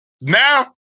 now